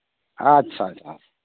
ᱟᱪᱪᱷᱟ ᱟᱪᱪᱷᱟ ᱟᱪᱪᱷᱟ